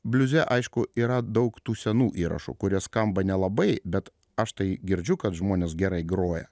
bliuze aišku yra daug tų senų įrašų kurie skamba nelabai bet aš tai girdžiu kad žmonės gerai groja